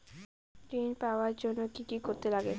ঋণ পাওয়ার জন্য কি কি করতে লাগে?